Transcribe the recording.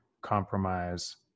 compromise